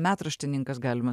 metraštininkas galima